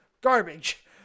garbage